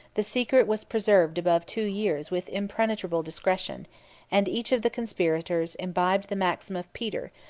the secret was preserved above two years with impenetrable discretion and each of the conspirators imbibed the maxim of peter,